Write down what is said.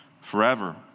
forever